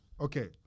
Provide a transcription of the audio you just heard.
Okay